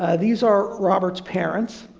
ah these are robert's parents.